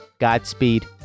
Godspeed